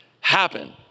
happen